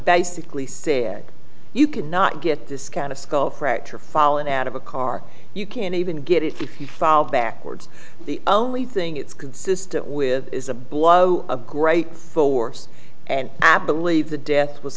basically said you cannot get this kind of skull fracture fallen out of a car you can't even get it if you fall backwards the only thing it's consistent with is a blow a great force and i believe the death was